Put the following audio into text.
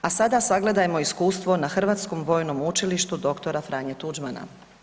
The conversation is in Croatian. A sada sagledajmo iskustvo na Hrvatskom vojnom učilištu dr. Franje Tuđmana.